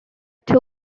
two